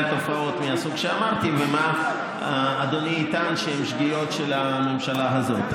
תופעות מהסוג שאמרתי ומה אדוני יטען שהן שגיאות של הממשלה הזאת.